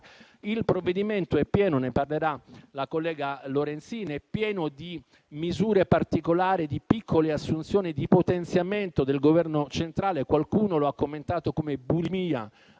Il provvedimento è pieno - ne parlerà la collega Lorenzin - di misure particolari di piccole assunzioni di potenziamento del Governo centrale - qualcuno lo ha commentato come bulimia